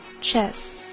chess